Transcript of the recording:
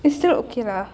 it's still okay lah